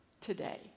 today